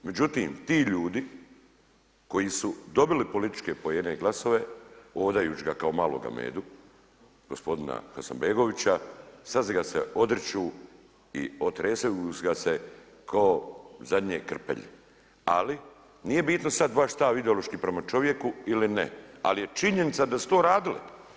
Međutim, ti ljudi koji su dobili političke poene i glasove, vodajući ga kao maloga medu, gospodina Hasanbegovića, sad ga se odriču i otresaju ga se ko zadnji krpelj, ali nije bitno sad vaš stav ideološki prema čovjeku ili ne, ali je činjenica da su to radili.